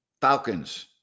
Falcons